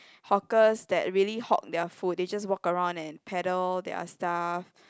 hawkers that really hawk their food they just walk around and pedal their stuff